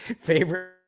favorite